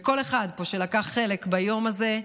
כל אחד פה שלקח חלק ביום הזה,